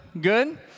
Good